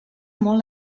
molt